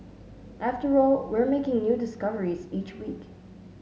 after all we're making new discoveries each week